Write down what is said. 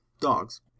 dogs